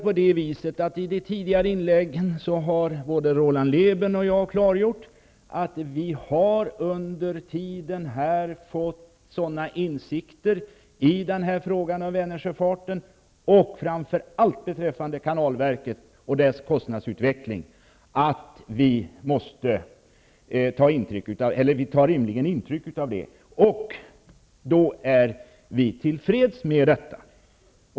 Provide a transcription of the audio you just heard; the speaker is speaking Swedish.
I våra tidigare inlägg har både Roland Lében och jag klargjort att vi under tiden har fått sådana insikter i frågan om Vänersjöfarten och framför allt beträffande kanalverket och dess kostnadsutveckling att vi rimligen har tagit intryck av det. Vi är då till freds med detta.